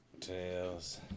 Tails